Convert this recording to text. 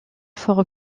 fort